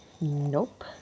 Nope